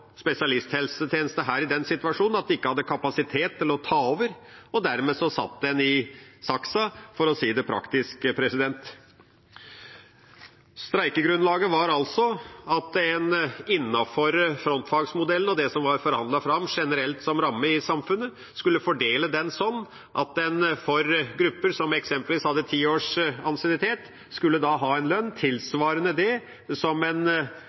spesialisthelsetjeneste i den situasjonen at de ikke hadde kapasitet til å ta over, og dermed satt en i saksa, for å si det praktisk. Streikegrunnlaget var altså at en innenfor frontfagsmodellen og det som var forhandlet fram generelt som ramme i samfunnet, skulle fordele det sånn at grupper som eksempelvis hadde ti års ansiennitet, skulle ha en lønn tilsvarende det en